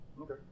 Okay